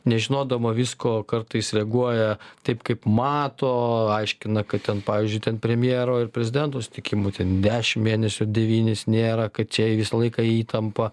nežinodama visko kartais reaguoja taip kaip mato aiškina kad ten pavyzdžiui ten premjero ir prezidento sutikimu ten dešimt mėnesių devynis nėra kad čia visą laiką įtampa